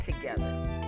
together